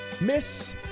Miss